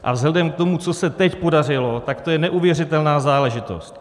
A vzhledem k tomu, co se teď podařilo, tak to je neuvěřitelná záležitost.